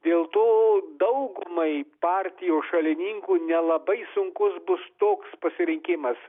dėl to daugumai partijos šalininkų nelabai sunkus bus toks pasirinkimas